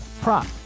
prop